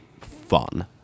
fun